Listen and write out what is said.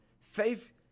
faith